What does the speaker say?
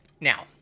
Now